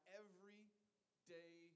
everyday